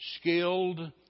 skilled